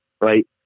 right